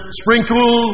sprinkle